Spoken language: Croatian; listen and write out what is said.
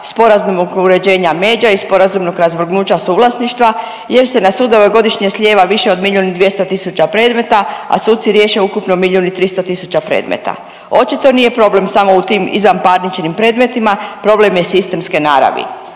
sporazuma oko uređenja međa i sporazumnog razvrgnuća suvlasništva jer se na sudove godišnje slijeva više od milijun i 200 tisuća predmeta, a suci riješe ukupno milijun i 300 tisuća predmeta? Očito nije problem samo u tim izvanparničnim predmetima, problem je sistemske naravi.